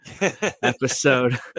episode